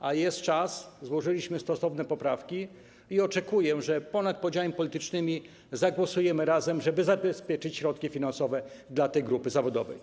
A jest czas, złożyliśmy stosowne poprawki i oczekuję, że ponad podziałami politycznymi zagłosujemy razem, żeby zabezpieczyć środki finansowe dla tej grupy zawodowej.